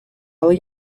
але